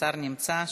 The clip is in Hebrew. השר נמצא.